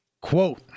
Quote